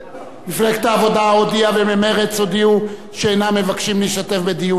מפלגת העבודה הודיעה וממרצ הודיעו שאינם מבקשים להשתתף בדיון זה.